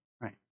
right